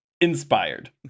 inspired